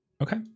Okay